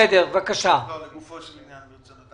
לגופו של עניין וברצינות.